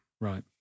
Right